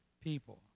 people